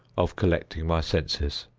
of collecting my senses,